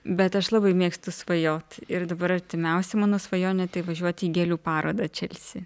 bet aš labai mėgstu svajot ir dabar artimiausia mano svajonė tai važiuoti į gėlių parodą čelsyje